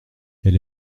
elle